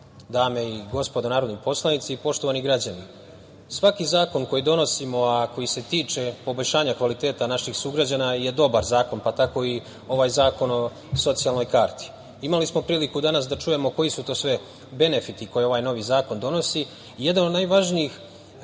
dame i gospodo narodni poslanici, poštovani građani, svaki zakon koji donosimo, a koji se tiče poboljšanja kvaliteta naših sugrađana je dobar zakon, pa tako i ovaj zakon o socijalnoj karti. Imali smo priliku da danas čujemo koji su to sve benefiti koje ovaj novi zakon donosi. Jedna od najvažnijih